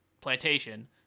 plantation